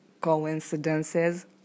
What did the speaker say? coincidences